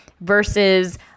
versus